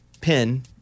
pin